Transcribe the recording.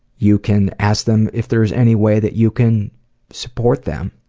you can ask them if there is anyway that you can support them.